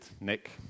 Nick